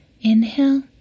Inhale